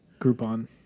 Groupon